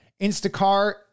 Instacart